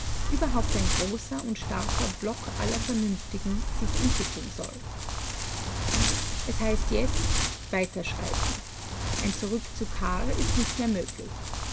überhaupt ein großer und starker block aller vernünftigen sich entwickeln soll es heißt jetzt weiterschreiten ein zurück zu kahr ist nicht mehr möglich